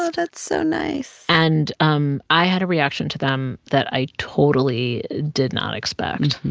ah that's so nice and um i had a reaction to them that i totally did not expect.